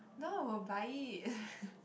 no one will buy it